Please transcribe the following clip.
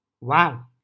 Wow